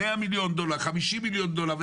100,000,000 דולר, 50,000,000 דולר.